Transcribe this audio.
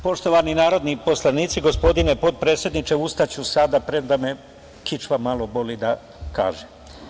Poštovani narodni poslanici, gospodine potpredsedniče, ustaću sada, premda me kičma malo boli, da kažem.